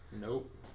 Nope